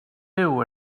byw